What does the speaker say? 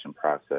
process